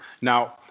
Now